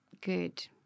good